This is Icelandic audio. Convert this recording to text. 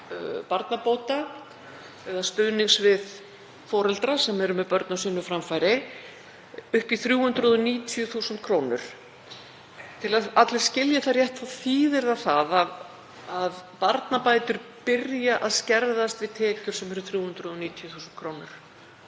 barnabóta eða stuðnings við foreldra sem eru með börn á sínu framfæri, upp í 390.000 kr. Til að allir skilji það rétt þá þýðir það það að barnabætur byrja að skerðast við tekjur sem eru 390.000 kr.,